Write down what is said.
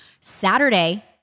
Saturday